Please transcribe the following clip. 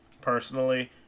Personally